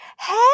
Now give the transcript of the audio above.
Hey